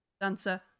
dancer